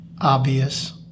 obvious